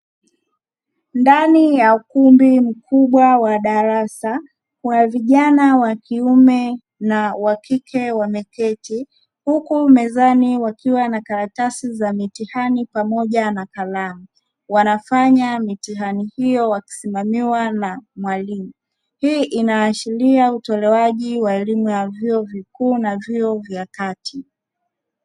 Ndani ya ukumbi mkubwa wa darasa wa vijana wakiume na wakike, wameketi huku mezani wakiwa na karatasi za mitihani pamoja kalamu, wanafanya mitihani hiyo wakisimamiwa na mwalimu hii inaashiria utolewaji wa elimu ya vyuo vikuu na vyuo vya kati.